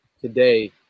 today